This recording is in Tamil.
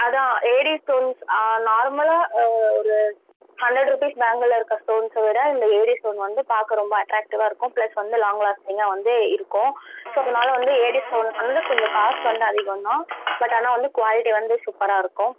அதுதான் ஏடி ஸ்டோன்ஸ் நார்மலாக ஒரு ஹண்ட்ரட் ருப்பீஸ் பேங்குளில் இருக்கற ஸ்டோன்ஸை விட இந்த ஏடி ஸ்டோன் வந்து பார்க்க ரொம்ப அட்ராக்டிவ்வாக இருக்கும் ப்ளஸ் வந்து லாங் லாஸ்டிங்கா வந்து இருக்கும் ஸோ அதனால் வந்து ஏடி ஸ்டோன் வந்து கொஞ்சம் காஸ்ட் வந்து அதிகம் தான் பட் ஆனால் வந்து குவாலிட்டி வந்து சூப்பராக இருக்கும்